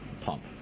pump